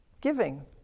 Giving